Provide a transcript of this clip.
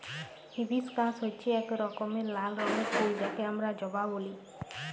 hibiscus হচ্যে এক রকমের লাল রঙের ফুল যাকে হামরা জবা ব্যলি